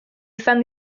izan